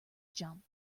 jump